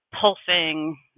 pulsing